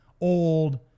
old